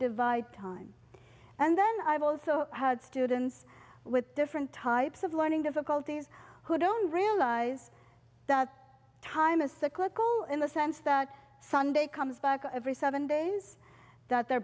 divide time and then i've also had students with different types of learning difficulties who don't realise that time is cyclical in the sense that sunday comes back every seven days that their